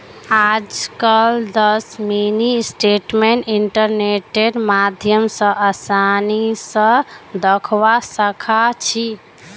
आजकल दस mini statement इन्टरनेटेर माध्यम स आसानी स दखवा सखा छी